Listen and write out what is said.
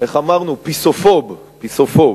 איך אמרנו, "פיסופוב"; "פיסופוב"